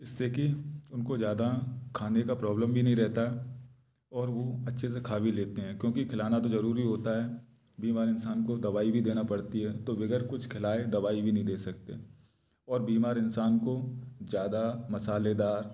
इससे कि उनको ज़्यादा खाने का प्रॉब्लम भी नहीं रहता है और वो अच्छे से खा भी लेते हैं क्योंकि खिलाना तो जरूरी होता है बीमार इंसान को दवाई भी देना पड़ती है तो वगैर कुछ खिलाए दवाई भी नहीं दे सकते और बीमार इंसान को ज़्यादा मसालेदार